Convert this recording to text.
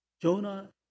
Jonah